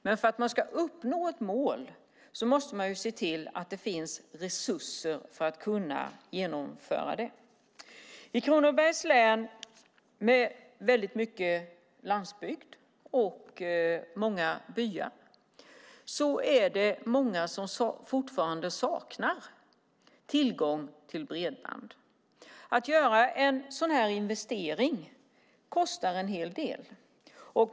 Men för att man ska uppnå ett mål måste man se till att det finns resurser. I Kronobergs län med väldigt mycket landsbygd och många byar är det många som fortfarande saknar tillgång till bredband. Att göra en sådan här investering kostar en hel del.